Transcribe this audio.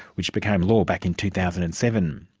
which became law back in two thousand and seven.